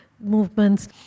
Movements